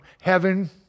heaven